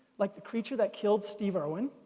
like the creature that killed steve irwin?